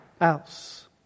else